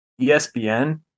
ESPN